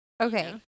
Okay